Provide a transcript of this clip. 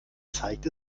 zeigt